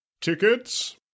Tickets